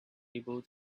able